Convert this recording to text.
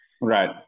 Right